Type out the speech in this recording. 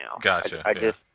Gotcha